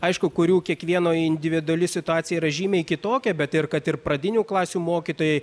aišku kurių kiekvieno individuali situacija yra žymiai kitokia bet ir kad ir pradinių klasių mokytojai